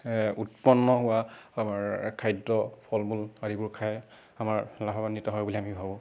উৎপন্ন হোৱা আমাৰ খাদ্য ফল মূল আদিবোৰ খাই আমাৰ লাভৱান্বিত হয় বুলি আমি ভাবোঁ